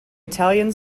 italian